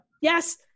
Yes